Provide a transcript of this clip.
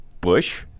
bush